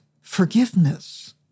forgiveness